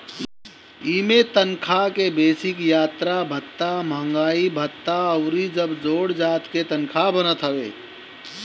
इमें तनखा के बेसिक, यात्रा भत्ता, महंगाई भत्ता अउरी जब जोड़ जाड़ के तनखा बनत हवे